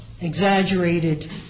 exaggerated